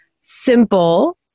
simple